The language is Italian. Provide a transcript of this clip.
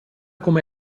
come